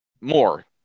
more